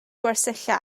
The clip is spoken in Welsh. gwersylla